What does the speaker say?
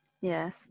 Yes